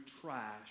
trash